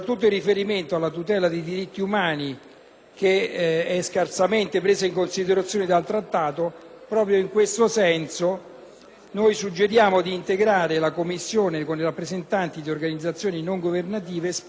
umani scarsamente presa in considerazione dal Trattato. Proprio in questo senso suggeriamo di integrare la Commissione con i rappresentanti di organizzazioni non governative esperte in materia.